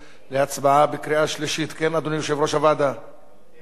חוק לתיקון פקודת מס הכנסה (מס' 190 והוראת שעה),